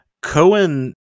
cohen